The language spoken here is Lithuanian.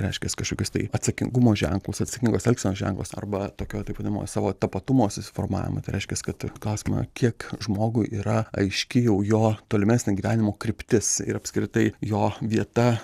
reiškias kažkokius tai atsakingumo ženklus atsakingos elgsenos ženklus arba tokio taip vadinamos savo tapatumo susiformavimą tai reiškias kad klausiama kiek žmogui yra aiški jau jo tolimesnė gyvenimo kryptis ir apskritai jo vieta